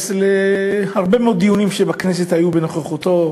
נתייחס להרבה מאוד דיונים שהיו בנוכחותו